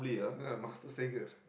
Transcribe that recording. no no master Sager